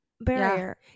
barrier